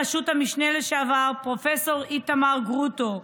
בראשות המשנה לשעבר פרופ' איתמר גרוטו,